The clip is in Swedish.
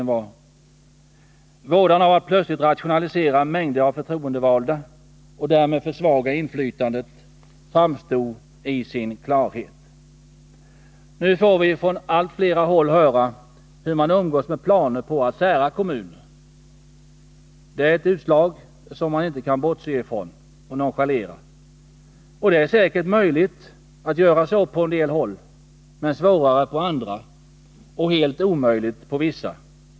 Vådan av att plötsligt rationalisera bort mängder av förtroendevalda och därmed försvaga inflytandet framstod klart. Nu får vi från allt flera håll höra hur man umgås med planer på att sära på kommuner. Dessa krav kan man inte nonchalera. Det är säkert möjligt att genomföra sådana åtgärder på en del håll, medan det kan vara svårare på andra och helt omöjligt på vissa.